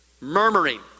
murmuring